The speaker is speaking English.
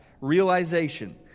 realization